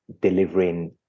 delivering